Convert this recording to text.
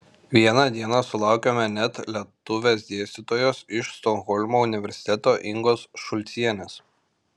vieną dieną sulaukėme net lietuvės dėstytojos iš stokholmo universiteto ingos šulcienės